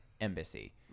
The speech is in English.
embassy